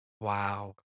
Wow